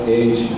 age